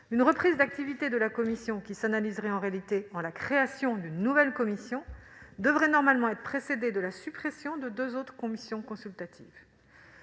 une reprise d'activité de la commission, qui serait en réalité analysée comme la création d'une nouvelle commission, devrait normalement être précédée de la suppression de deux autres commissions consultatives.